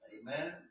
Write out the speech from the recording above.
Amen